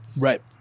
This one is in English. Right